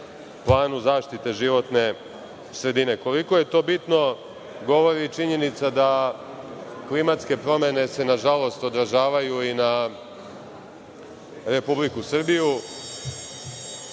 planu zaštite životne sredine. Koliko je to bitno, govori i činjenica da klimatske promene se nažalost, odražavaju i na Republiku Srbiju,